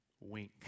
wink